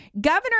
Governor